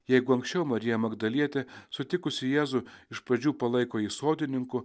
jeigu anksčiau marija magdalietė sutikusi jėzų iš pradžių palaiko jį sodininku